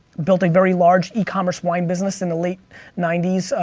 built a very large e-commerce wine business in the late ninety s,